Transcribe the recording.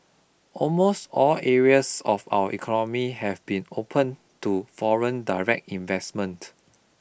almost all areas of our economy have been opened to foreign direct investment